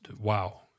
wow